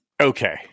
Okay